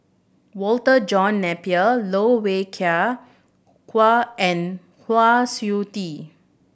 Walter John Napier Loh Wai Kiew Kwa and Kwa Siew Tee